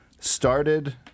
started